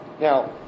Now